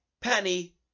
penny